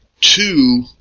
two